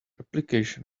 application